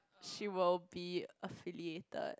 she will be affiliated